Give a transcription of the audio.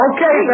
Okay